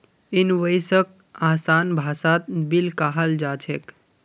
इनवॉइसक आसान भाषात बिल कहाल जा छेक